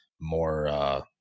more